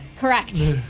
Correct